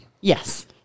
Yes